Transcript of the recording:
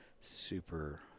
super